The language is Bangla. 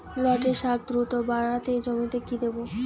লটে শাখ দ্রুত বাড়াতে জমিতে কি দেবো?